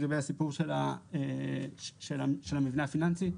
לגבי הסיפור של המבנה הפיננסי.